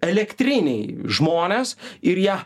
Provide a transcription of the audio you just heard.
elektriniai žmonės ir ją